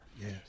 Yes